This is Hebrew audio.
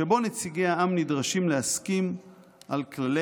שבו נציגי העם נדרשים להסכים על כללי